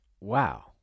Wow